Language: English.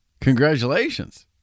Congratulations